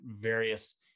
various